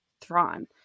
Thrawn